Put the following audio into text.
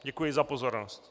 Děkuji za pozornost.